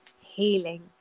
healing